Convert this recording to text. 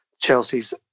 Chelsea's